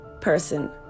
person